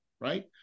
right